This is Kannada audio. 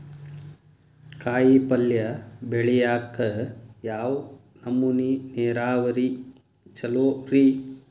ಕಾಯಿಪಲ್ಯ ಬೆಳಿಯಾಕ ಯಾವ್ ನಮೂನಿ ನೇರಾವರಿ ಛಲೋ ರಿ?